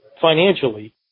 Financially